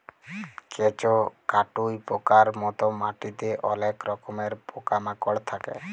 কেঁচ, কাটুই পকার মত মাটিতে অলেক রকমের পকা মাকড় থাক্যে